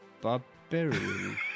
Barbarian